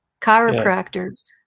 chiropractors